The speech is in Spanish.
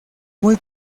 muy